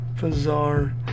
bizarre